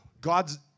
God's